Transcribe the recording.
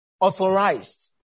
authorized